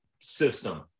system